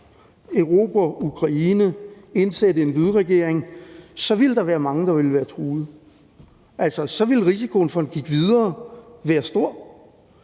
erobre Ukraine, indsætte en lydregering, så ville være mange, der ville være truet. Altså, så ville risikoen for, at han gik videre, være stor,